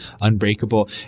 Unbreakable